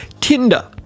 Tinder